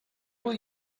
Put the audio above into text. will